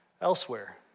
elsewhere